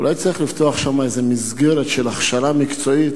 אולי צריך לפתוח שם איזו מסגרת של הכשרה מקצועית